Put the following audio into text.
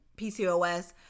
PCOS